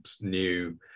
new